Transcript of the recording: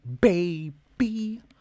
baby